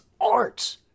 art